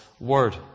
word